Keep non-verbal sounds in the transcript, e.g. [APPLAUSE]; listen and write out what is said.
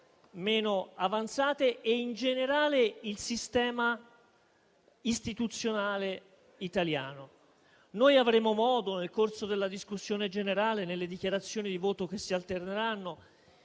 meno avanzate e, in generale, il sistema istituzionale italiano. [APPLAUSE] Noi avremo modo, nel corso della discussione generale e nelle dichiarazioni di voto che si alterneranno,